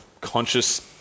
conscious